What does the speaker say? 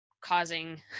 causing